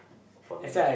for me